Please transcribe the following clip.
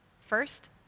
First